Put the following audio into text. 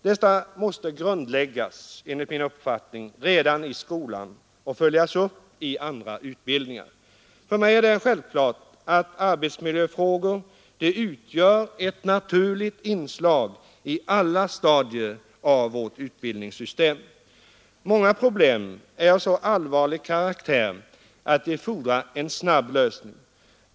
Detta måste enligt min uppfattning grundläggas redan i skolan och följas upp i andra utbildningar. För mig är det självklart att arbetsmiljöfrågor utgör ett naturligt inslag på alla stadier av vårt utbildningssystem. Många problem är av så allvarlig karaktär att de fordrar en snabb lösning.